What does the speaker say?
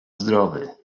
zdrowy